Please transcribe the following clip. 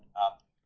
up